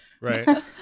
Right